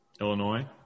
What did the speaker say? Illinois